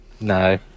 No